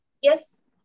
yes